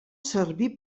servir